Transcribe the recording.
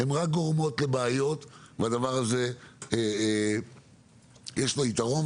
הן רק גורמות לבעיות, ולדבר הזה יש יתרון.